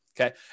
okay